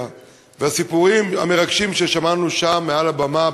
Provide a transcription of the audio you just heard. והסיפורים המרגשים ששמענו שם מעל הבמה,